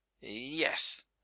Yes